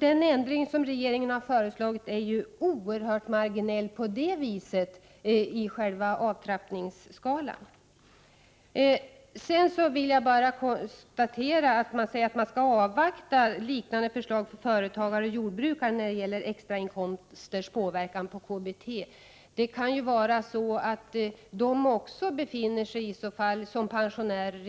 Den ändring som regeringen har föreslagit är oerhört marginell när det gäller själva avtrappningsskalan. Det sägs att man skall avvakta liknande förslag för företagare och jordbrukare när det gäller extrainkomsters påverkan på KBT. Men pensionerade företagare och jordbrukare kan ju befinna sig